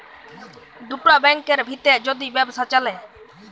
দুটা ব্যাংকের ভিত্রে যদি ব্যবসা চ্যলে